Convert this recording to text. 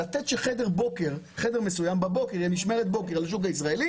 לתת שבחדר מסוים תהיה משמרת בוקר לשוק הישראלי